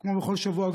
כמו בכל שבוע,